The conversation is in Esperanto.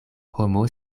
homo